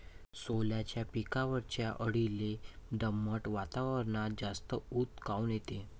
सोल्याच्या पिकावरच्या अळीले दमट वातावरनात जास्त ऊत काऊन येते?